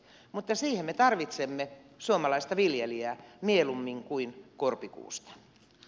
mutta siihen me tarvitsemme suomalaista viljelijää mieluummin kuin korpikuusta